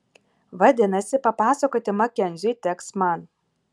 vadinasi papasakoti makenziui teks man